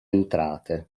entrate